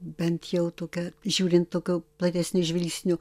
bent jau tokią žiūrint tokiu platesniu žvilgsniu